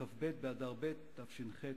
בכ"ב באדר ב' תש"ח.